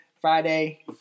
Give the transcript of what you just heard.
Friday